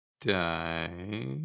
die